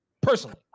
Personally